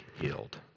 healed